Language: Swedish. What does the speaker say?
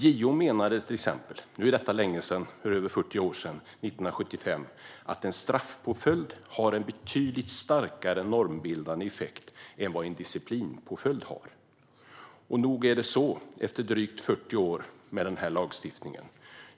JO menade till exempel - nu är detta länge sedan, 1975, för över 40 år sedan - att en straffpåföljd har en betydligt starkare normbildande effekt än vad en disciplinpåföljd har. Och nog kan man instämma i detta efter drygt 40 år med den här lagstiftningen.